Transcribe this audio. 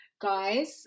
guys